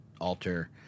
alter